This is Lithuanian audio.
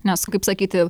nes kaip sakyti